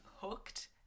hooked